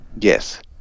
Yes